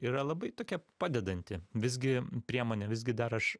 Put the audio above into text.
yra labai tokia padedanti visgi priemonė visgi dar aš